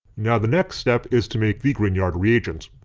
now the next step is to make the grignard reagent.